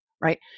right